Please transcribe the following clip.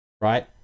right